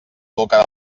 boca